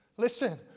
Listen